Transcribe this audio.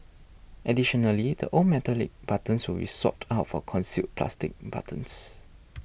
additionally the old metallic buttons will be swapped out for concealed plastic buttons